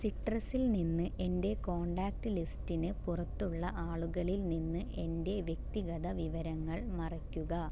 സിട്രസിൽ നിന്ന് എൻ്റെ കോൺടാക്റ്റ് ലിസ്റ്റിന് പുറത്തുള്ള ആളുകളിൽ നിന്ന് എൻ്റെ വ്യക്തിഗത വിവരങ്ങൾ മറയ്ക്കുക